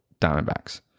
Diamondbacks